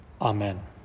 Amen